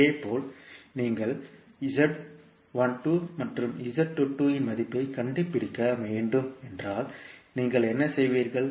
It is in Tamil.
இதேபோல் நீங்கள் மற்றும் இன் மதிப்பைக் கண்டுபிடிக்க வேண்டும் என்றால் நீங்கள் என்ன செய்வீர்கள்